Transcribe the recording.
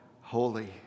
Holy